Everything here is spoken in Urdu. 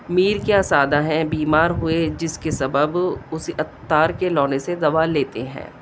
میر کیا سادہ ہیں بیمار ہوئے جس کے سبب اسی عطار کے لونڈے سے دوا لیتے ہیں